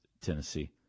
Tennessee